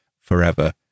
forever